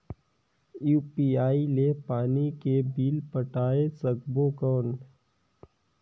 UPI ले पानी के बिल पटाय सकबो कौन?